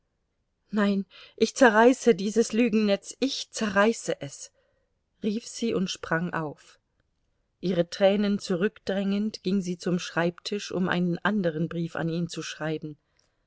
nein ich zerreiße dieses lügennetz ich zerreiße es rief sie und sprang auf ihre tränen zurückdrängend ging sie zum schreibtisch um einen anderen brief an ihn zu schreiben